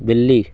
बिल्ली